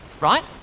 right